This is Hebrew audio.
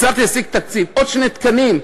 הצלחתי להשיג תקציב לעוד שני תקנים,